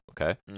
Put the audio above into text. Okay